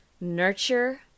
nurture